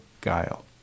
guile